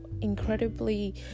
incredibly